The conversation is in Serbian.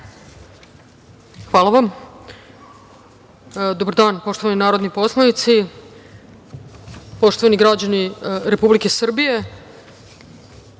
Hvala vam. Dobar dan, poštovani narodni poslanici. Poštovani građani Republike Srbije,